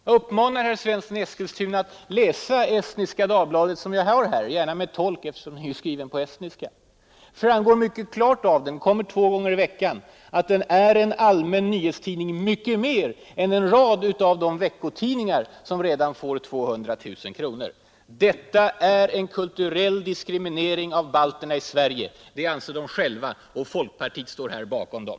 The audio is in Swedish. Jag vill uppmana herr Svensson i Eskilstuna att läsa Estniska Dagbladet, som jag har här — gärna med hjälp av tolk, eftersom det är skrivet på estniska, Tidningen utkommer två gånger i veckan. Det framgår mycket klart att den är en allmän nyhetstidning, t.o.m. i högre grad än en rad av de veckotidningar som redan får 200 000 kronor. Detta är en kulturell diskriminering av balterna i Sverige! Det anser de själva, och folkpartiet står bakom dem.